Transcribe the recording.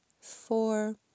four